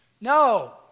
No